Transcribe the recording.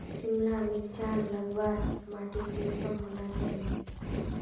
सिमला मिर्चान लगवार माटी कुंसम होना चही?